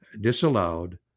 disallowed